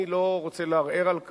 אני לא רוצה לערער על כך.